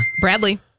Bradley